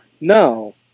No